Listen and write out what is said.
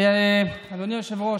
אדוני היושב-ראש,